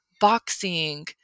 boxing